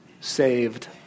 saved